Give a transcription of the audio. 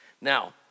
Now